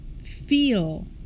feel